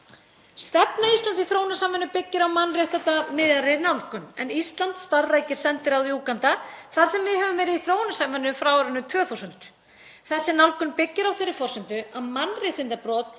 Stefna Íslands í þróunarsamvinnu byggir á mannréttindamiðaðri nálgun en Ísland starfrækir sendiráð í Úganda þar sem við höfum verið í þróunarsamvinnu frá árinu 2000. Þessi nálgun byggir á þeirri forsendu að mannréttindabrot